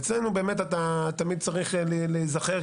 אצלנו אתה תמיד תיזכר,